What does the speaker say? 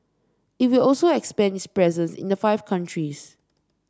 it will also expand its presence in the five countries